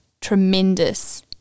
tremendous